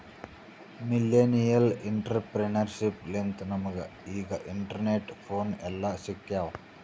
millennial entrepreneurship ಲಿಂತೆ ನಮುಗ ಈಗ ಇಂಟರ್ನೆಟ್, ಫೋನ್ ಎಲ್ಲಾ ಸಿಕ್ಯಾವ್